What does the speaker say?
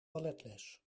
balletles